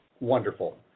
wonderful